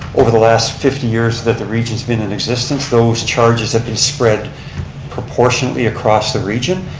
over the last fifty years that the region's been in existence those charges have been spread proportionately across the region.